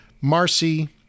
Marcy